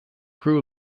crew